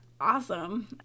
awesome